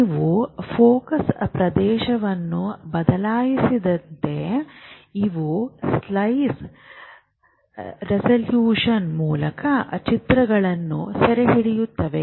ನೀವು ಫೋಕಸ್ ಪ್ರದೇಶವನ್ನು ಬದಲಾಯಿಸಿದಂತೆ ಇದು ಸ್ಲೈಸ್ ರೆಸಲ್ಯೂಶನ್ ಮೂಲಕ ಚಿತ್ರಗಳನ್ನು ಸೆರೆಹಿಡಿಯುತ್ತದೆ